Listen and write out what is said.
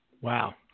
Wow